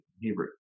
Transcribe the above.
Hebrew